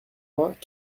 vingt